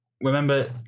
remember